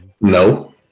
No